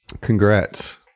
Congrats